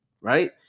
right